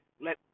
Let